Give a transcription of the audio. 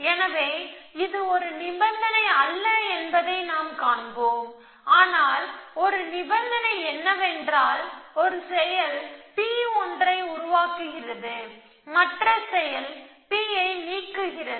எனவே இது ஒரு நிபந்தனை அல்ல என்பதை நாம் காண்போம் ஆனால் ஒரு நிபந்தனை என்னவென்றால் ஒரு செயல் P ஒன்றை உருவாக்குகிறது மற்ற செயல் P ஐ நீக்குகிறது